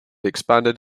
expanded